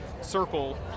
Circle